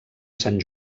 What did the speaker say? sant